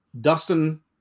Dustin